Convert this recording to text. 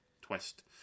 twist